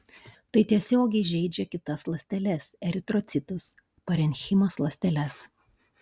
tai tiesiogiai žeidžia kitas ląsteles eritrocitus parenchimos ląsteles